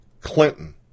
Clinton